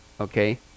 okay